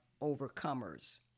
overcomers